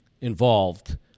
involved